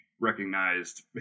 recognized